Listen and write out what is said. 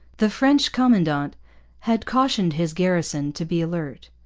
the french commandant had cautioned his garrison to be alert,